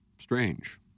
strange